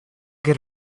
get